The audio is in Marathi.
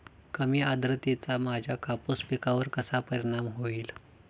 कमी आर्द्रतेचा माझ्या कापूस पिकावर कसा परिणाम होईल?